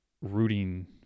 rooting